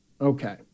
Okay